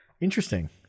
interesting